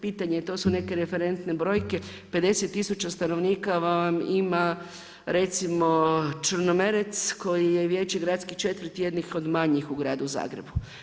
Pitanje je to su neke referentne brojke, 50000 stanovnika vam ima revimo Črnomerec koji je vijeće gradskih četvrti jednih od manjih u Gradu Zagrebu.